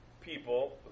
people